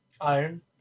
Iron